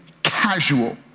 Casual